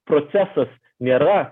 procesas nėra